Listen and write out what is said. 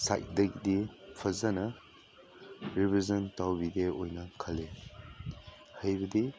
ꯁꯥꯏꯠꯇꯗꯤ ꯐꯖꯅ ꯔꯤꯕꯤꯖꯟ ꯇꯧꯕꯤꯒꯦ ꯑꯣꯏꯅ ꯈꯜꯂꯤ ꯍꯥꯏꯕꯗꯤ